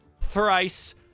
thrice